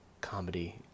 comedy